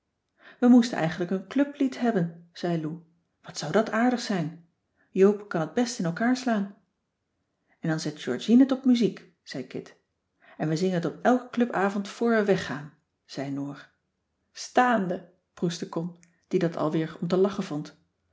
we moesten eigenlijk een clublied hebben zei lou wat zou dat aardig zijn joop kan t best in elkaar slaan en dan zet georgien het op muziek zei kit en we zingen het op elken clubavond voor we weg gaan zei noor staande proestte con die dat al weer om te lachen vond